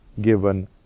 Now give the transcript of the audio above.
given